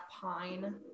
pine